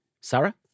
Sarah